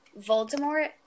Voldemort